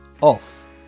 off